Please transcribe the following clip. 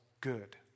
good